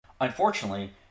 Unfortunately